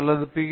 அல்லது பிஎச்